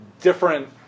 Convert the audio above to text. different